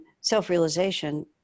self-realization